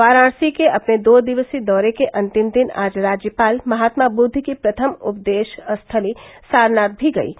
वाराणसी के अपने दो दिवसीय दौरे के अंतिम दिन आज राज्यपाल महात्मा बद्ध की प्रथम उपदेश स्थली सारनाथ भी गयीं